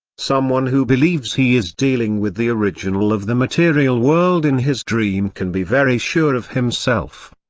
someone who believes he is dealing with the original of the material world in his dream can be very sure of himself.